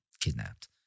kidnapped